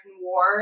War